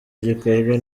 gikorwa